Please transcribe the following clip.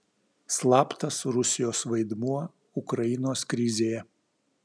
slaptas rusijos vaidmuo ukrainos krizėje